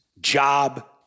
job